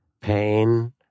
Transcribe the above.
pain